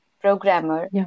programmer